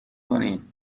کنین